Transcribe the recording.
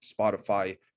Spotify